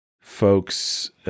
folks